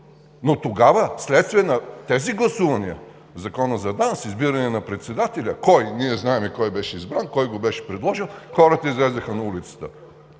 Но тогава вследствие на тези гласувания Законът за ДАНС, избиране на председателя, кой, ние знаем кой беше избран, кой го беше предложил (посочва лявата част